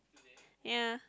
yeah